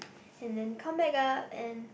and then come back up and